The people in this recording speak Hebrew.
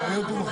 אם כך,